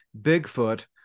Bigfoot